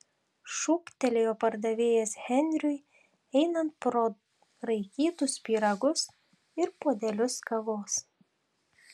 šūktelėjo pardavėjas henriui einant pro raikytus pyragus ir puodelius kavos